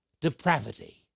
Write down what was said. depravity